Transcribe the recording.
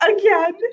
again